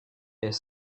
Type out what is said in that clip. est